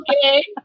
Okay